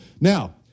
Now